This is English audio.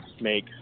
make